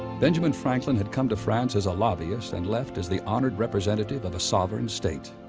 benjamin franklin had come to france as a lobbyist and left as the honored representative of a sovereign state.